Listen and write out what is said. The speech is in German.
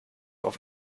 auf